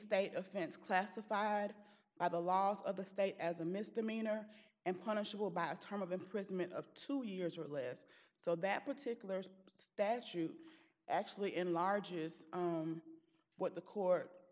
state offense classified by the laws of the state as a misdemeanor and punishable by a term of imprisonment of two years or less so that particular statute actually enlarges what the court